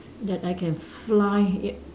that I can fly err